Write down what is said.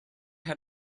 had